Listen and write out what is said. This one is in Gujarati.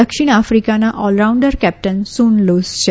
દક્ષિણ આફિકાના all rounder captain Sune Luus છે